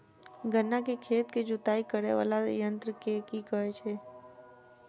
गन्ना केँ खेत केँ जुताई करै वला यंत्र केँ की कहय छै?